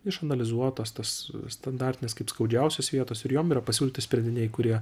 išanalizuotas tas standartinės kaip skaudžiausios vietos ir jom yra pasiūlyti sprendiniai kurie